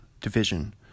division